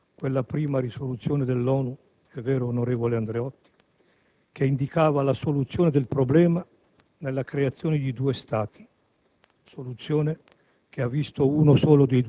ai quali ancora brucia quella prima risoluzione dell'ONU - è vero, senatore Andreotti - che indicava la soluzione del problema nella creazione di due Stati,